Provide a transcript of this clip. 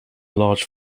large